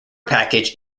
package